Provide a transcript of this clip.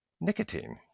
nicotine